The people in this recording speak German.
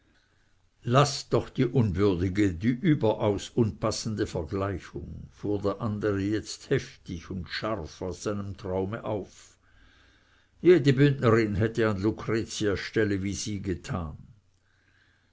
laßt doch die unwürdige die überaus unpassende vergleichung fuhr jetzt der andere heftig und scharf aus seinem traume auf jede bündnerin hätte an lucretias stelle wie sie getan